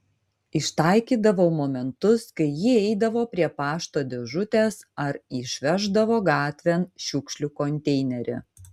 ištaikydavau momentus kai ji eidavo prie pašto dėžutės ar išveždavo gatvėn šiukšlių konteinerį